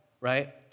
right